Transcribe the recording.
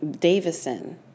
Davison